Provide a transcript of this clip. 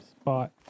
spot